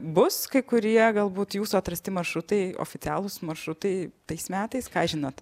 bus kai kurie galbūt jūsų atrasti maršrutai oficialūs maršrutai tais metais ką žinot